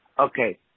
Okay